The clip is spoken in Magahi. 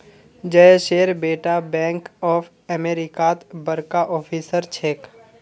जयेशेर बेटा बैंक ऑफ अमेरिकात बड़का ऑफिसर छेक